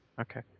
okay